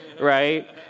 right